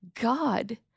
God